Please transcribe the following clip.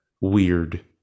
weird